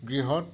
গৃহত